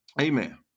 Amen